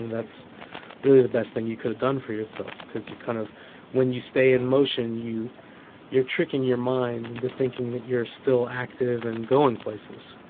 that's really the best thing you could've done for yourself because you kind of when you stay in motion, you're tricking your mind into thinking that you're still active and going places,